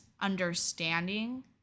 understanding